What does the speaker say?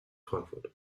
frankfurt